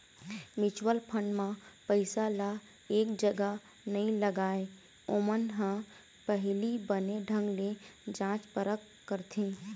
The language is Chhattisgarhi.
म्युचुअल फंड म पइसा ल एक जगा नइ लगाय, ओमन ह पहिली बने ढंग ले जाँच परख करथे